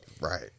Right